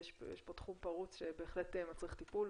יש פה תחום פרוץ שבהחלט מצריך טיפול